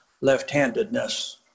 left-handedness